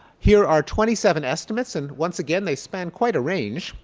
here are twenty seven estimates. and once again they span quite a range,